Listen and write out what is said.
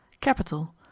Capital